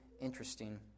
interesting